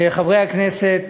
חברי הכנסת,